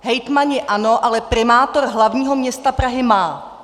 Hejtmani ano, ale primátor hlavního města Prahy má!